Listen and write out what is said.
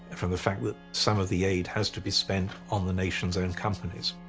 and from the fact that some of the aid has to be spent on the nation's own companies.